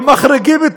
שמחריגים,